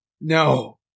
No